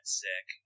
sick